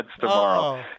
tomorrow